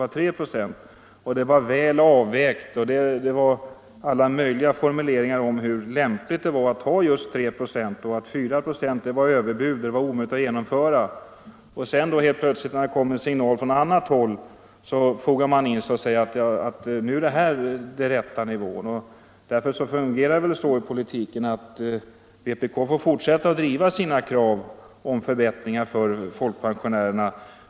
Herr Fredriksson menade att detta var ”väl avvägt” och utvecklade med alla möjliga formuleringar hur lämpligt det var med just 3 96 och att 4 926 var ett ogenomförbart överbud. Men när det sedan helt plötsligt kommer en signal från annat håll anpassar han sig och menar att detta är den rätta nivån. Vpk får därför i politiken fortsätta att driva sina krav på förbättring för folkpensionärerna.